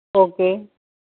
okay